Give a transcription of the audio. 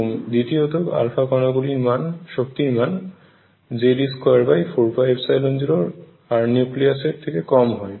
এবং দ্বিতীয়ত কণাগুলোর শক্তির মান Ze24π0Rnucleus এর থেকে কম হয়